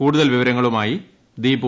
കൂടുതൽ വിവരങ്ങളുമായി ദീപു